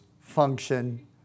function